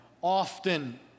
often